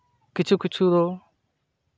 ᱠᱤᱪᱷᱩ ᱠᱤᱪᱷᱩ ᱫᱚ